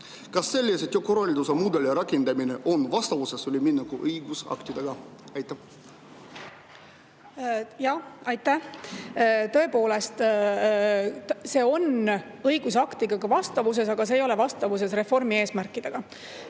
Kas sellise töökorralduse mudeli rakendamine on vastavuses ülemineku õigusaktidega? Aitäh! Tõepoolest, see on õigusaktidega vastavuses, aga see ei ole vastavuses reformi eesmärkidega.